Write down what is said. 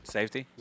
Safety